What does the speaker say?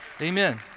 Amen